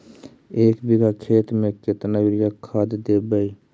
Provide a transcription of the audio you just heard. एक बिघा खेत में केतना युरिया खाद देवै?